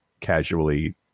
casually